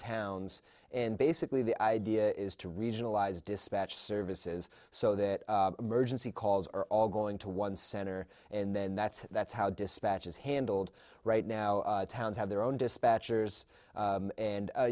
towns and basically the idea is to regionalize dispatch services so that emergency calls are all going to one center and then that's that's how dispatch is handled right now towns have their own dispatchers and